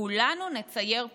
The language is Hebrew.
כולנו נצייר פרחים.